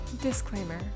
disclaimer